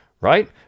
right